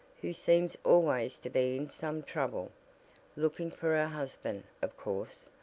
who seems always to be in some trouble looking for her husband, of course.